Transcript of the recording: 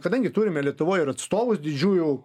kadangi turime lietuvoj ir atstovus didžiųjų